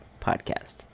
podcast